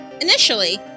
Initially